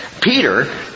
Peter